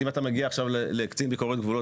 אם אתה מגיע עכשיו לקצין ביקורת גבולות